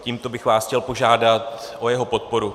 Tímto bych vás chtěl požádat o jeho podporu.